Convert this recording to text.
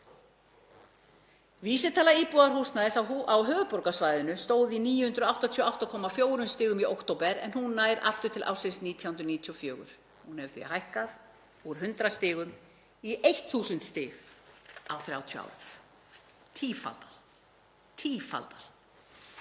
Vísitala íbúðarhúsnæðis á höfuðborgarsvæðinu stóð í 988,4 stigum í október en hún nær aftur til ársins 1994. Hún hefur því hækkað úr 100 stigum í 1.000 stig á 30 árum, tífaldast. Eins